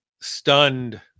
stunned